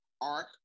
arc